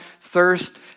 thirst